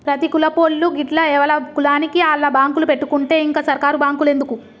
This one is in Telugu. ప్రతి కులపోళ్లూ గిట్ల ఎవల కులానికి ఆళ్ల బాంకులు పెట్టుకుంటే ఇంక సర్కారు బాంకులెందుకు